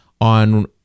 on